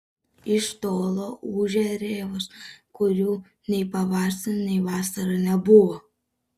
iš tolo ūžia rėvos kurių nei pavasarį nei vasarą nebuvo